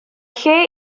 lle